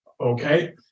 okay